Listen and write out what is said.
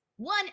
One